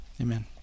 Amen